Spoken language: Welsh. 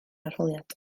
arholiad